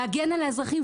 להגן על האזרחים,